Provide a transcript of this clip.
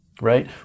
Right